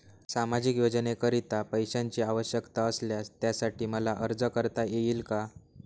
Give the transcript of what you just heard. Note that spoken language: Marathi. सामाजिक योजनेकरीता पैशांची आवश्यकता असल्यास त्यासाठी मला अर्ज करता येईल का?